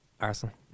Arsenal